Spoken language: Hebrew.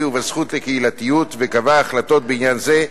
ובזכות לקהילתיות וקבע החלטות בעניין זה,